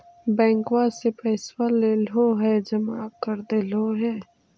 बैंकवा से पैसवा लेलहो है जमा कर देलहो हे?